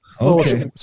Okay